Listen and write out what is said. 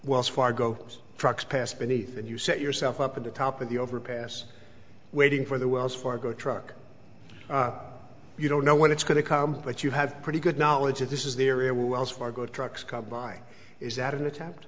well so far go trucks pass beneath and you set yourself up at the top of the overpass waiting for the wells fargo truck you don't know when it's going to come but you have pretty good knowledge of this is the area where wells fargo trucks come by is that an attempt